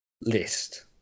list